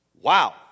Wow